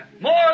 More